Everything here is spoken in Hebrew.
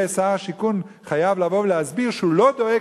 שר השיכון חייב לבוא ולהסביר שהוא לא דואג,